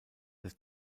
des